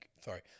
Sorry